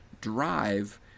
drive